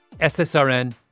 SSRN